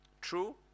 true